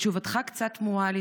תשובתך קצת תמוהה לי,